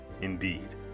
Indeed